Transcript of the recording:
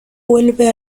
vuelve